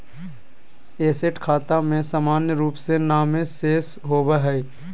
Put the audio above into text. asset खाता में सामान्य रूप से नामे शेष होबय हइ